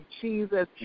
Jesus